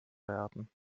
werden